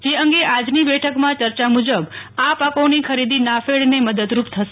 જે અંગે આજની બેઠકમાં ચર્ચા મુજબ આ પાકોની ખરીદી નાફેડને મદદરૂપ થશે